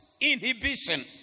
inhibition